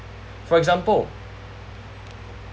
for example